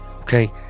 okay